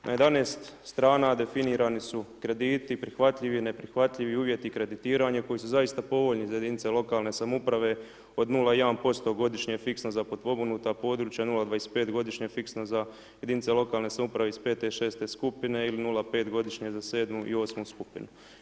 Na 11 strana definirani su krediti prihvatljivi, neprihvatljivi i uvjeti kreditiranja koji su zaista povoljni za jedinice lokalne samouprave od 0,1% godišnje fiksno za potpomognuta područja 0,25 fiksna za jedinice lokalne samouprave iz 5. i 6. skupine ili 0,5 godišnje za 7. i 8. skupinu.